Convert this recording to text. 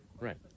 Right